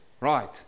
right